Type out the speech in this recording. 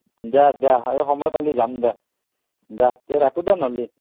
দিয়া দিয়া এই সময় পালে যাম দিয়া দিয়া দিয়া এতয়া ৰাখো দিয়া নহ্লি